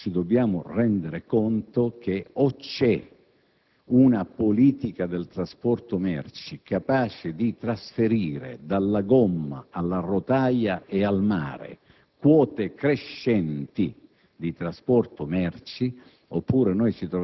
Ci rendiamo conto che la direttiva Bolkestein e i processi di liberalizzazione a livello europeo ci scaricano grandissimi problemi dal punto di vista dei carichi di lavoro e della sicurezza. Ci dobbiamo rendere conto che o si